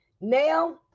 Now